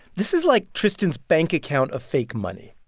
this is like tristan's bank account of fake money.